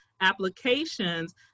applications